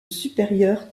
supérieur